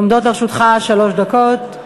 עומדות לרשותך שלוש דקות.